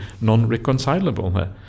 non-reconcilable